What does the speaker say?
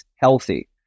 healthy